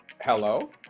Hello